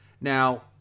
Now